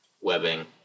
webbing